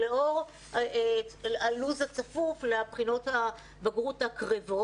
ולאור הלו"ז הצפוף לבחינות הבגרות הקרבות.